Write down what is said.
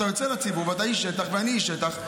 ואתה יוצא לציבור, ואתה איש שטח ואני איש שטח.